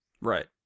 Right